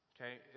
okay